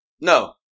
No